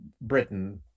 Britain